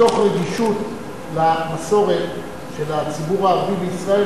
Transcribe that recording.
מתוך רגישות למסורת של הציבור הערבי בישראל,